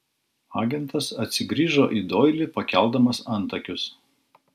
agentas atsigrįžo į doilį pakeldamas antakius